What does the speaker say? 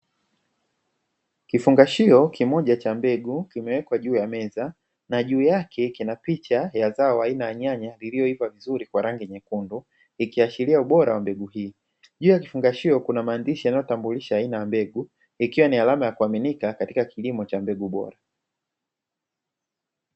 Kifungashio kimoja cha mbegu kimewekwa juu ya meza, na juu yake kina picha ya zao aina ya nyanya iliyoiva vizuri kwa rangi nyekundu; ikiashiria ubora wa mbegu hii. Juu ya kifungashio kuna maandishi yanayotambulisha aina ya mbegu ikiwa ni alama ya kuaminika katika kilimo cha mbegu bora.